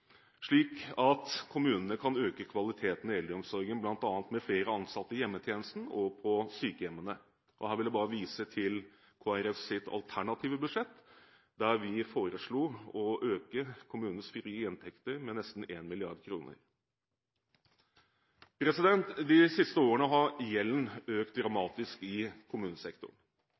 slik at kommunene kan øke kvaliteten i eldreomsorgen, bl.a. med flere ansatte i hjemmetjenesten og på sykehjemmene. Her vil jeg bare vise til Kristelig Folkepartis alternative budsjett, der vi foreslo å øke kommunenes frie inntekter med nesten 1 mrd. kr. De siste årene har gjelden økt dramatisk i kommunesektoren.